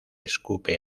escupe